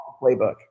playbook